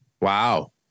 Wow